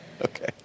Okay